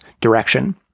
direction